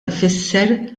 ifisser